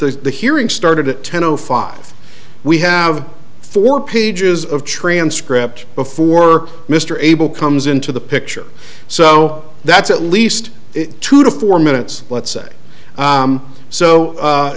the the hearing started at ten o five we have four pages of transcript before mr abel comes into the picture so that's at least two to four minutes let's say